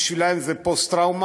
בשבילם זה פוסט-טראומה,